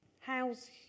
How's